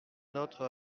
notre